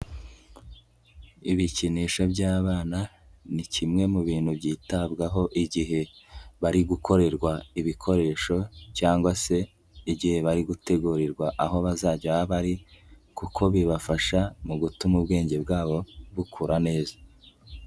Ibikinisho by'abana ni kimwe mu bintu byitabwaho igihe bari gukorerwa ibikoresho cyangwa se igihe bari gutegurirwa aho bazajya baba bari, kuko bibafasha mu gutuma ubwenge bwabo bukura neza.